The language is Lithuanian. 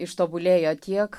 ištobulėjo tiek